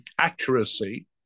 accuracy –